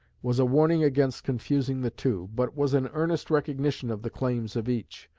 was a warning against confusing the two, but was an earnest recognition of the claims of each.